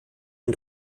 ein